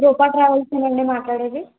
రూపా Travels ఏనాండీ మాట్లేడేది